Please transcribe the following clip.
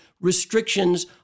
restrictions